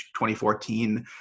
2014